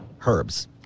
herbs